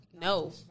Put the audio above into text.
No